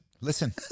Listen